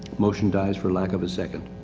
motion dies for lack of a second.